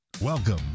Welcome